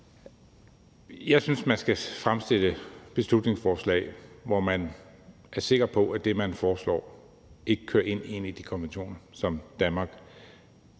Jeg synes, at man skal fremsætte beslutningsforslag, hvor man er sikker på, at det, man foreslår, ikke kører ind i en af de konventioner, som Danmark